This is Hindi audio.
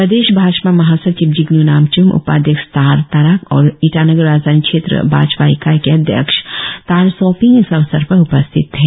प्रदेश भाजपा महासचिव जिगन् नामच्म उपाध्यक्ष तार्ह ताराक और ईटानगर राजधानी क्षेत्र भाजपा इकाई के अध्यक्ष तार्ह सोपिंग इस अवसर पर उपस्थित थे